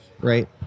right